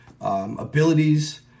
abilities